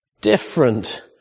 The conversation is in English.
Different